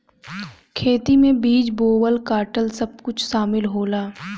खेती में बीज बोवल काटल सब कुछ सामिल होला